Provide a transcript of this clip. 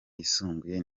yisumbuye